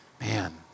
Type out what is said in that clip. Man